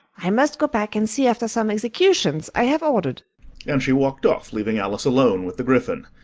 i must go back and see after some executions i have ordered' and she walked off, leaving alice alone with the gryphon.